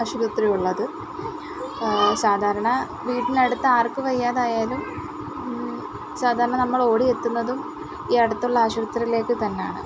അശുപത്രി ഉള്ളത് സാധാരണ വീടിന് അടുത്ത് ആർക്ക് വയ്യാതായാലും സാധാരണ നമ്മൾ ഓടി എത്തുന്നതും ഈ അടുത്തുള്ള ആശുപത്രിയിലേക്ക് തന്നെയാണ്